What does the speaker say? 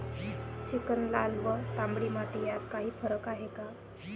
Chicken, लाल व तांबडी माती यात काही फरक आहे का?